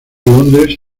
londres